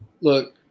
Look